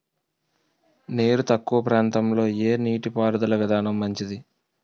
నీరు తక్కువ ప్రాంతంలో ఏ నీటిపారుదల విధానం మంచిది?